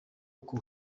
uko